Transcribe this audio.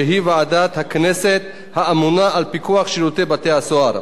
שהיא ועדת הכנסת האמונה על פיקוח שירותי בתי-הסוהר.